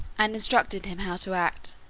and instructed him how to act.